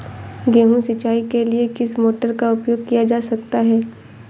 गेहूँ सिंचाई के लिए किस मोटर का उपयोग किया जा सकता है?